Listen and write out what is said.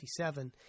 1957